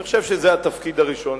אני חושב שזה התפקיד הראשון.